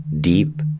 Deep